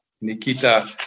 Nikita